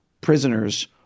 prisoners